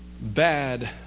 bad